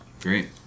Great